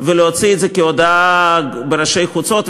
את זה כהודעה בראשי חוצות,